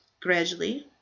Gradually